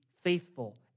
faithful